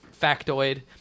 factoid